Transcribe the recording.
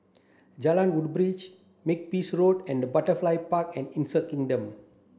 Jalan Woodbridge Makepeace Road and Butterfly Park and Insect Kingdom